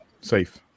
Safe